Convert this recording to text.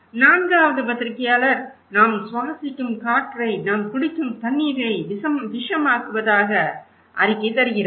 4ஆவது பத்திரிகையாளர் நாம் சுவாசிக்கும் காற்றை நாம் குடிக்கும் தண்ணீரை விஷமாக்குவதாக அறிக்கை தருகிறார்